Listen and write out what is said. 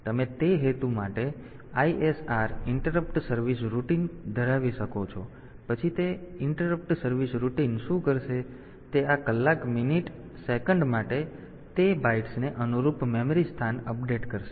તેથી તમે તે હેતુ માટે ISR ઇન્ટરપ્ટ સર્વિસ રૂટિન ધરાવી શકો છો અને પછી તે ઇન્ટરપ્ટ સર્વિસ રૂટિન શું કરશે કે તે આ કલાક મિનિટ સેકન્ડ માટે તે બાઇટ્સને અનુરૂપ મેમરી સ્થાન અપડેટ કરશે